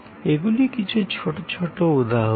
এগুলি কিছু কিছু ছোট উদাহরণ